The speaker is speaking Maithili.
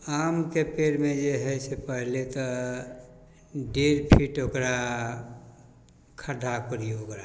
आमके पेड़मे जे हइ से पहिले तऽ डेढ़ फीट ओकरा खड्ढा कोड़िऔ ओकरा